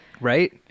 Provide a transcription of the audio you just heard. Right